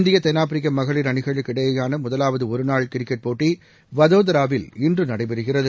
இந்திய தென்னாப்பிரிக்க மகளிர் அணிகளுக்கிடையிலான முதலாவது ஒருநாள் கிரிக்கெட் போட்டி வதோதராவில் இன்று நடைபெறுகிகறது